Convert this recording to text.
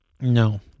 no